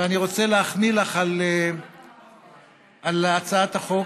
ואני רוצה להחמיא לך על הצעת החוק.